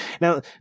Now